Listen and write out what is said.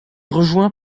rejoint